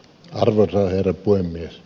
arvoisa herra puhemies